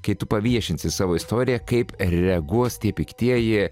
kai tu paviešinsi savo istoriją kaip reaguos tie piktieji